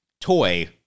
toy